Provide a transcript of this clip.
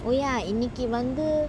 oh ya இன்னிக்கி வந்து:iniki vanthu